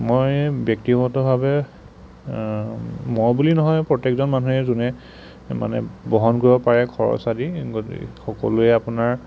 মই ব্যক্তিগতভাৱে মই বুলি নহয় প্ৰত্যেকজন মানুহে যোনে মানে বহন কৰিব পাৰে খৰচ আদি সকলোৱে আপোনাৰ